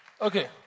Okay